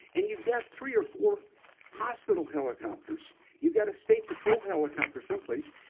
and you've got three or four hospital helicopters. you've got a state patrol helicopter someplace.